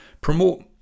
promote